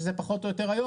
שזה פחות או יותר היום,